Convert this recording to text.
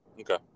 Okay